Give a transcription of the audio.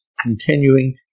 continuing